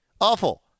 Awful